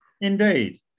Indeed